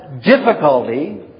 difficulty